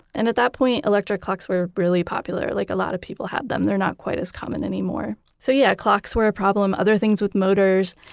and at that point, electric clocks were really popular. like, a lot of people had them. they're not quite as common anymore. so, yeah, clocks were a problem, other things with motors.